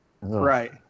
Right